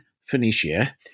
Phoenicia